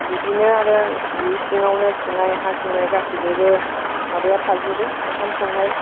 बिदिनो आरो बे सिङावनो खिनाय हासुनाय गासिनिबो माबाया थाजोबो ओंखाम संनाय